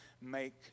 make